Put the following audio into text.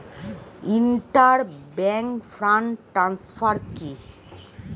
Inter bank fund transfer কি?